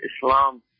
Islam